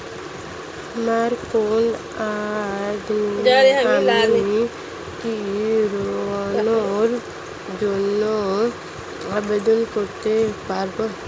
আমার কোনো আয় নেই আমি কি ঋণের জন্য আবেদন করতে পারব?